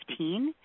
2015